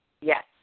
yes